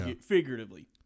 figuratively